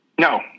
No